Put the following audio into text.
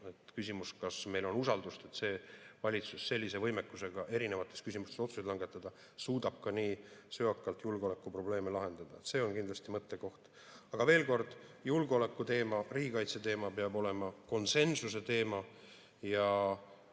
Küsimus, kas meil on usaldust, et see valitsus sellise võimekusega suudab erinevates küsimustes otsuseid langetada ja suudab ka söakalt julgeolekuprobleeme lahendada, on kindlasti mõttekoht. Aga veel kord: julgeolekuteema, riigikaitseteema peab olema konsensuslik teema.